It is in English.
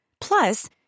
Plus